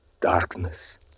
darkness